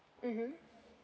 mmhmm